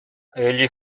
egli